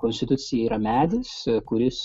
konstitucija yra medis kuris